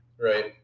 Right